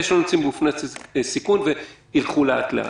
אלה שלא נמצאים בסיכון וייצאו לאט-לאט.